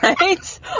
Right